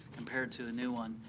compared to the new one.